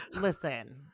Listen